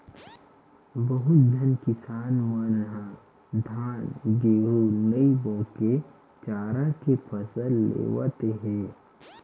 बहुत झन किसान मन ह धान, गहूँ नइ बो के चारा के फसल लेवत हे